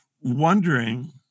wondering